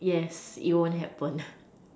yes it won't happen